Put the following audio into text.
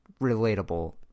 relatable